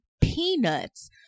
peanuts